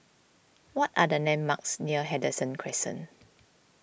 what are the landmarks near Henderson Crescent